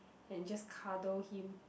and just cuddle him